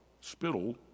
spittle